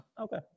okay